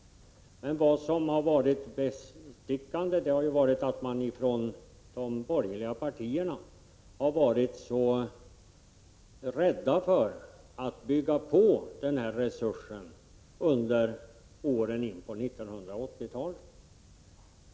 Men det har varit bestickande att de borgerliga partierna har varit mycket rädda för att bygga på den här resursen under åren in på 1980-talet.